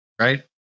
right